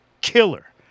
killer